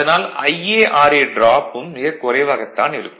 அதனால் Iara டிராப்பும் மிகக் குறைவாகத்தான் இருக்கும்